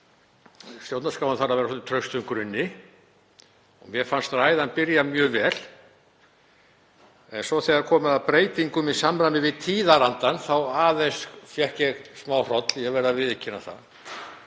stjórnarskráin þarf að vera á traustum grunni og mér fannst ræðan byrja mjög vel. En svo þegar kom að breytingum í samræmi við tíðarandann þá fékk ég smáhroll, ég verð að viðurkenna það.